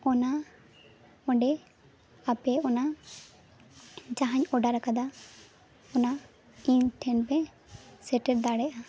ᱚᱱᱟ ᱚᱸᱰᱮ ᱟᱯᱮ ᱚᱱᱟ ᱡᱟᱦᱟᱧ ᱳᱰᱟᱨ ᱟᱠᱟᱫᱟ ᱚᱱᱟ ᱤᱧ ᱴᱷᱮᱱ ᱯᱮ ᱥᱮᱴᱮᱨ ᱫᱟᱲᱮᱜᱼᱟ